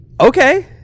Okay